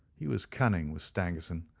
he was cunning, was stangerson,